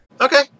Okay